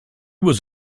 was